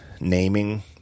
naming